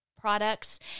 products